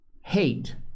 hate